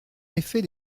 effet